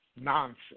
Nonsense